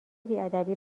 بیادبی